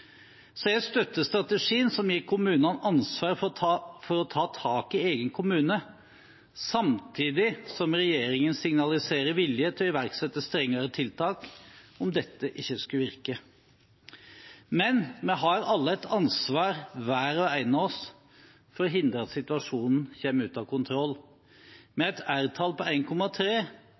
Så jeg støtter strategien som gir kommunene ansvaret for å ta tak i egen kommune, samtidig som regjeringen signaliserer vilje til å iverksette strengere tiltak om dette ikke skulle virke. Men vi har alle et ansvar, hver og en av oss, for å hindre at situasjonen kommer ut av kontroll. Med et R-tall på